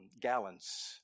gallons